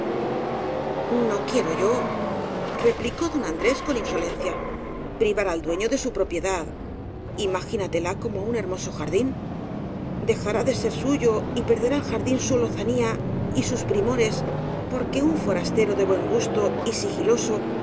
o quiero yo replicó don andrés con inso lenciaprivar al dueño de su propiedad imagínatelatcomo un hermoso jardín dejará de ser suyo y perderá el jardín su lozanía y sus primores por que un forastero de buen gusto y sigiloso